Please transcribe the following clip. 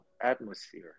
atmosphere